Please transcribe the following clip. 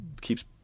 keeps